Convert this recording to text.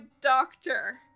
doctor